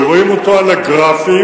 ורואים אותו על הגרפים,